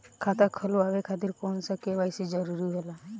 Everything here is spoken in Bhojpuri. खाता खोलवाये खातिर कौन सा के.वाइ.सी जरूरी होला?